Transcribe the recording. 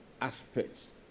aspects